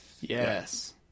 Yes